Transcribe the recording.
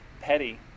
petty